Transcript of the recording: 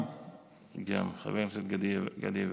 גם חבר הכנסת גדי יברקן.